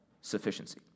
sufficiency